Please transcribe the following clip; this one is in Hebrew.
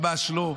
ממש לא.